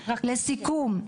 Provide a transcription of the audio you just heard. לסיכום,